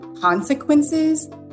consequences